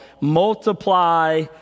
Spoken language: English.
Multiply